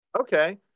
Okay